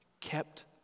kept